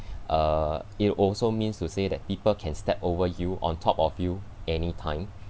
uh it also means to say that people can step over you on top of you anytime